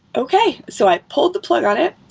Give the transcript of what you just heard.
okay so i pulled the plug on it.